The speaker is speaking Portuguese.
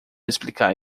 explicar